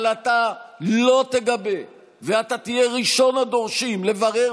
אבל אתה לא תגבה ואתה תהיה ראשון הדורשים לברר